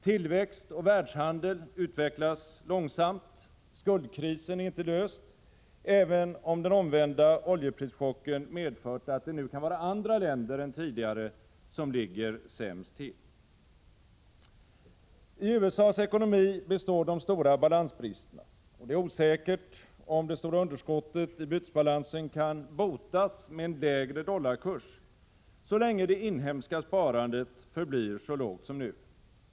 Tillväxt och världshandel utvecklas långsamt. Skuldkrisen är ingalunda löst, även om den omvända oljeprischocken medfört att det nu kan vara andra länder än tidigare som ligger sämst till. I USA:s ekonomi består de stora balansbristerna. Det är osäkert om det stora underskottet i bytesbalansen kan botas med en lägre dollarkurs, så länge det inhemska sparandet förblir så lågt som nu.